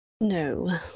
No